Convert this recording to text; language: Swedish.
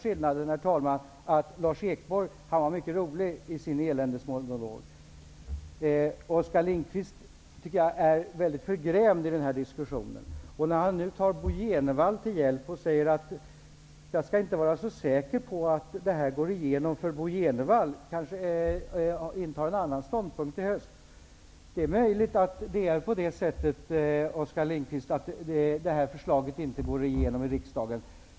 Skillnaden är bara att Lars Ekborg var mycket rolig i sin eländesmonolog, medan Oskar Lindkvist är mycket förgrämd i denna diskussion. Oskar Lindkvist tar nu Bo Jenevall till hjälp och säger att jag inte skall vara så säker på att förslagen går igenom, eftersom Bo Jenevall kanske intar en annan ståndpunkt i höst. Det är möjligt att det blir på det sättet att detta förslag inte går igenom i riksdagen.